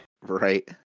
Right